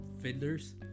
Fiddlers